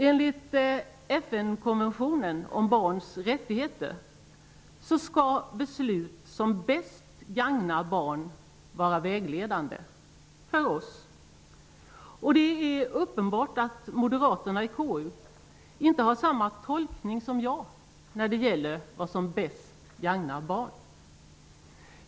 Enligt FN-konventionen om barns rättigheter skall beslut som bäst gagnar barn vara vägledande för oss. Det är uppenbart att moderaterna i KU inte gör samma tolkning som jag när det gäller vad som bäst gagnar barn.